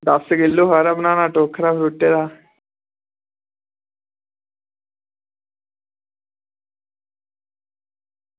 दस्स किलो हारा बनाना टोकरा फ्रूटै दा